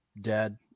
dad